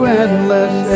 endless